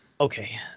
Okay